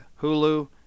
Hulu